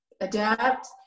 adapt